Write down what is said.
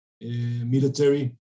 military